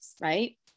Right